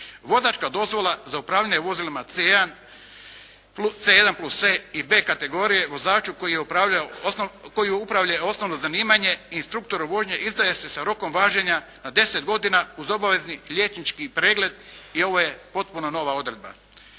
Vozačka dozvola za upravljanje vozilima C1 plus E i B kategorije, vozaču koji je upravljao, koji upravlja je osnovno zanimanje instruktor vožnje izdaje se sa rokom važenja na deset godina uz obavezni liječnički pregled. I ovo je potpuno nova odredba.